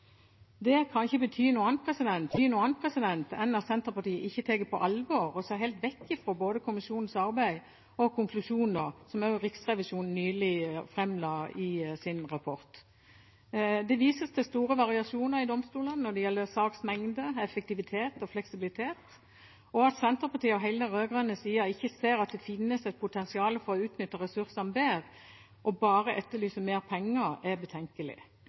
Det kan ikke bety noe annet enn at Senterpartiet ikke tar det på alvor, og at de ser helt vekk fra både kommisjonens arbeid og konklusjoner, som også Riksrevisjonen nylig framla i sin rapport. Det vises til store variasjoner i domstolene når det gjelder saksmengde, effektivitet og fleksibilitet. At Senterpartiet og hele den rød-grønne sida ikke ser at det finnes et potensial for å utnytte ressursene bedre, og bare etterlyser mer penger, er betenkelig.